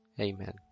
Amen